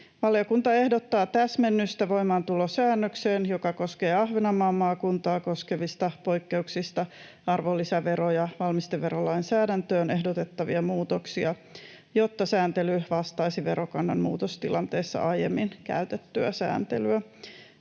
Valiokunta ehdottaa täsmennystä voimaantulosäännökseen, joka koskee Ahvenanmaan maakuntaa koskevista poikkeuksista arvonlisävero- ja valmisteverolainsäädäntöön ehdotettavia muutoksia, jotta sääntely vastaisi verokannan muutostilanteessa aiemmin käytettyä sääntelyä.